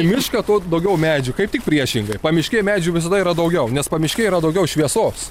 į mišką tuo daugiau medžių kaip tik priešingai pamiškėj medžių visada yra daugiau nes pamiškėj yra daugiau šviesos